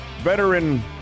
veteran